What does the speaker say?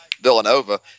Villanova